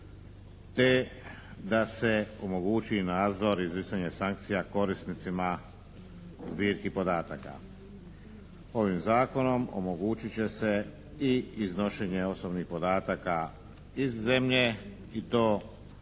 te da se omogući nadzor i izricanje sankcija korisnicima zbirki podataka. Ovim Zakonom omogućit će se i iznošenje osobnih podataka iz zemlje i to u tri